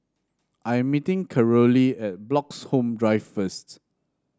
I am meeting Carolee at Bloxhome Drive first